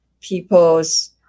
people's